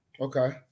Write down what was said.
okay